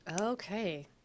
okay